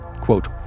Quote